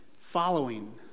following